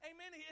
Amen